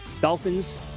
Dolphins